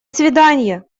свиданья